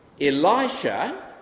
Elisha